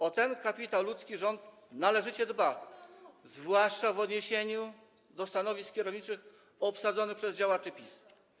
O ten kapitał ludzki rząd należycie dba, zwłaszcza w odniesieniu do stanowisk kierowniczych obsadzonych przez działaczy PiS.